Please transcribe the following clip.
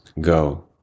go